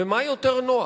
ומה יותר נוח,